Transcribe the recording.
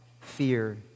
fear